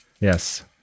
yes